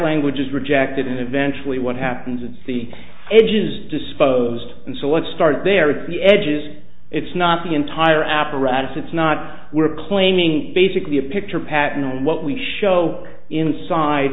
language is rejected and eventually what happens is the edges disposed and so let's start there it's the edges it's not the entire apparatus it's not we're claiming it's basically a picture pattern and what we show inside